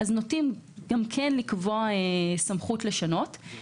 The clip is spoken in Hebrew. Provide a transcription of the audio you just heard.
נוטים גם כן לקבוע סמכות לשנות.